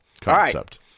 concept